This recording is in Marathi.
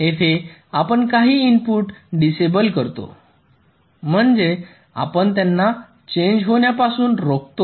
येथे आपण काही इनपुट पुन्हा डिसेबल करतो म्हणजे आपण त्यांना चेंज होण्यापासून रोखतो